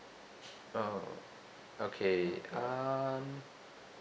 oh okay uh